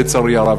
לצערי הרב,